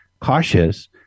cautious